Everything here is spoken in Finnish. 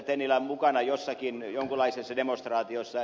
tennilä mukana jossakin jonkunlaisessa demonstraatiossa